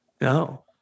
No